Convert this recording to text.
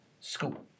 School